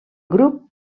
grup